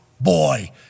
Boy